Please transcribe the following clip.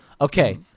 Okay